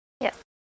Yes